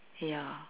ya